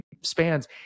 spans